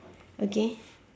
okay